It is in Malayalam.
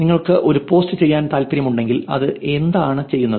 നിങ്ങൾക്ക് ഒരു പോസ്റ്റ് ചെയ്യാൻ താൽപ്പര്യമുണ്ടെങ്കിൽ അത് എന്താണ് ചെയ്യുന്നത്